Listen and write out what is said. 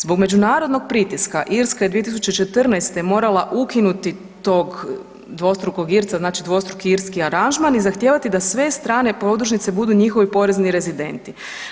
Zbog međunarodnog pritiska Irska je 2014. morala ukinuti tog dvostrukog Irca, znači dvostruki irski aranžman i zahtijevati da sve strane podružnice budu njihovi porezni rezidenti.